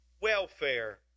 welfare